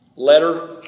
Letter